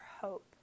hope